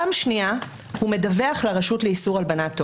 דבר שני, הוא מדווח לרשות לאיסור הלבנת הון.